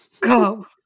go